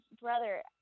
brother